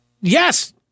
Yes